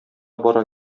бара